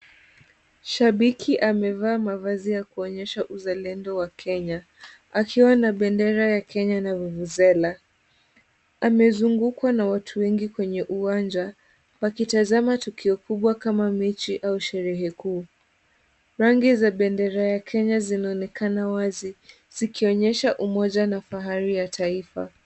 Shabiki amevaa mavazi ya kuonyesha uzalendo wa Kenya. Akiwa na bendera ya Kenya na vuvuzela. Amezungukwa na watu wengi kwenye uwanja wakitazama tukio kubwa kama mechi au sherehe kuu. Rangi za bendera ya Kenya zinaonekana wazi, zikionyesha umoja na fahari ya taifa.